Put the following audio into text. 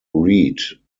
reid